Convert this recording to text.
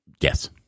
Yes